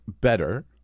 better